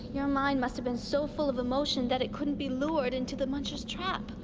your mind must have been so full of emotion that it couldn't be lured into the muncher's trap.